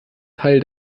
teil